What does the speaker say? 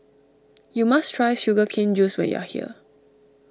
you must try Sugar Cane Juice when you are here